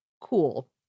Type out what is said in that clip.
cool